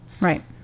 Right